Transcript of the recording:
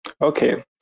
Okay